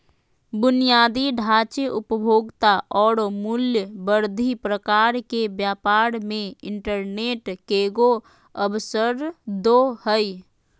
बुनियादी ढांचे, उपभोक्ता औरो मूल्य वर्धित प्रकार के व्यापार मे इंटरनेट केगों अवसरदो हइ